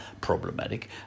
problematic